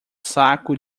saco